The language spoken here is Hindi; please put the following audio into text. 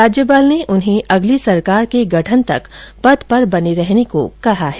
राज्यपाल ने उन्हें अगली सरकार के गठन तक पद पर बने रहने को कहा है